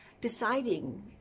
deciding